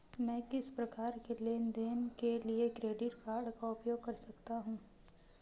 मैं किस प्रकार के लेनदेन के लिए क्रेडिट कार्ड का उपयोग कर सकता हूं?